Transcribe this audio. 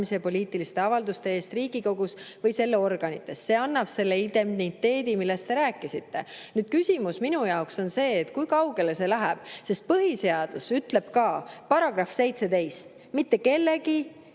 poliitiliste avalduste eest Riigikogus või selle organites." See annab selle indemniteedi, millest te rääkisite. Küsimus minu jaoks on see, kui kaugele see läheb, sest põhiseadus ütleb ka, § 17: mitte kellegi